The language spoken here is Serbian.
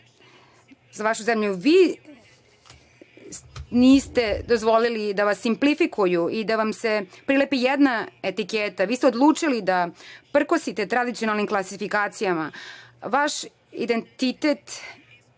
za vašu zemlju. Vi niste dozvolili da vas simplifikuju i da vam se prilepi jedna etiketa. Vi ste odlučili da prkosite tradicionalnim klasifikacijama. Vaš identitet